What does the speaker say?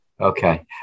okay